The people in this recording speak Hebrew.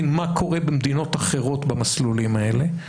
מה קורה במדינות אחרות במסלולים האלה,